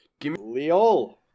Leol